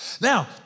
Now